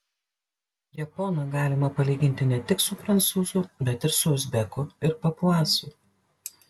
japoną galima palyginti ne tik su prancūzu bet ir su uzbeku ir papuasu